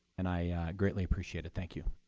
and i greatly appreciate it. thank you.